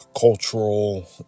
cultural